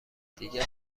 دیگر